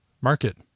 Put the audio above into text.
Market